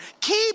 Keep